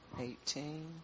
eighteen